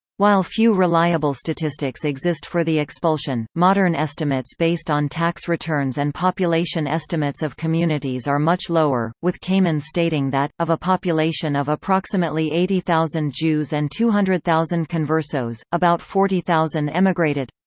while few reliable statistics exist for the expulsion, modern estimates based on tax returns and population estimates of communities are much lower, with kamen stating that, of a population of approximately eighty thousand jews and two hundred thousand conversos, about forty thousand emigrated.